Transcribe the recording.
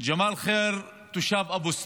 ג'מאל חיר, תושב אבו סנאן,